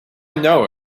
know